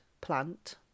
plant